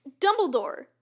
Dumbledore